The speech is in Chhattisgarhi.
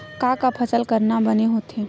का का फसल करना बने होथे?